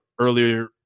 earlier